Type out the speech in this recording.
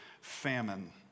famine